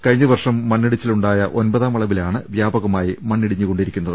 കഴിഞ്ഞ വർഷം മണ്ണിടിച്ചിൽ ഉണ്ടായ ഒൻപതാം വളവിലാണ് വ്യാപകമായി മണ്ണിടിഞ്ഞു കൊണ്ടിരിക്കുന്നത്